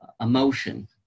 emotion